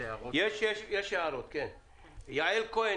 יעל כהן